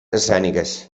escèniques